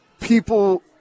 people